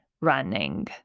running